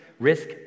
Risk